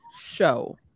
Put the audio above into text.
show